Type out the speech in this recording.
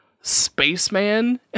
spaceman